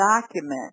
document